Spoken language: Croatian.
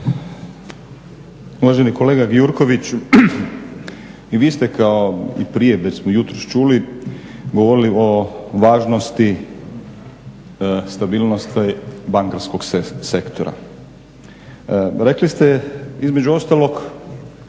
Uvaženi kolega Gjurković, i vi ste kao i prije već smo jutros čuli, govorili o važnosti i stabilnosti bankarskog sektora. Rekli ste između ostalog